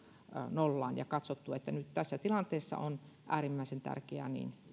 nollaan ja katsottu että nyt tässä tilanteessa on äärimmäisen tärkeää